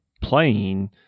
playing